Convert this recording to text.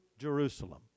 Jerusalem